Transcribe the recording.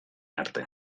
arte